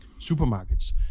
supermarkets